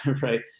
Right